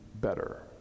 better